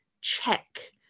check